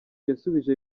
yasubije